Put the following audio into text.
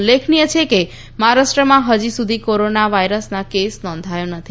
ઉલ્લેખનિય છે કે મહારાષ્ટ્રમાં હજી સુધી કોરોના વાયરસનો કેસ નોંધાયો નથી